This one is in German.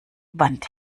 wand